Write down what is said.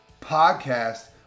Podcast